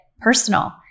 personal